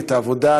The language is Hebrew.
את העבודה,